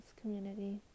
community